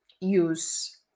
use